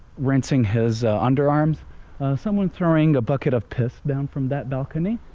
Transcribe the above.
rinsing his underarms someone throwing a bucket of piss down from that balcony